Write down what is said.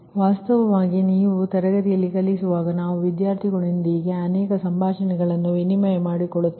ವಾಸ್ತವವಾಗಿ ನೀವು ತರಗತಿಯಲ್ಲಿ ಕಲಿಸುವಾಗ ನಾವು ವಿದ್ಯಾರ್ಥಿಯೊಂದಿಗೆ ಅನೇಕ ಸಂಭಾಷಣೆಗಳನ್ನು ವಿನಿಮಯ ಮಾಡಿಕೊಳ್ಳುತ್ತೇವೆ